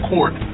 Court